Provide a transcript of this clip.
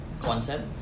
concept